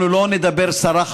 אנחנו לא נדבר סרה,